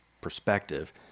perspective